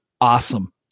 awesome